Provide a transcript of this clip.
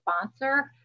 sponsor